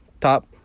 top